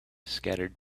scattered